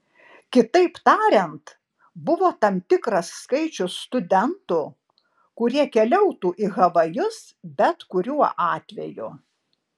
kitaip tariant buvo tam tikras skaičius studentų kurie keliautų į havajus bet kuriuo atveju